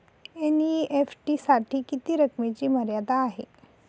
NEFT साठी किती रकमेची मर्यादा आहे?